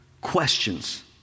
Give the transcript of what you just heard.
questions